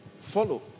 follow